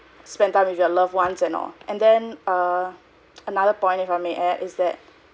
spend time with your loved ones and all and then err another point if I may add is that